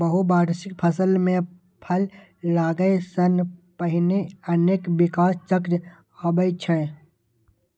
बहुवार्षिक फसल मे फल लागै सं पहिने अनेक विकास चक्र आबै छै